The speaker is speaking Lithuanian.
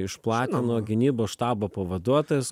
išplatino gynybos štabo pavaduotojas